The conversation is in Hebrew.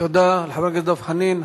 תודה לחבר הכנסת דב חנין.